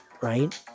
right